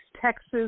Texas